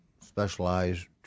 specialized